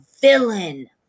villain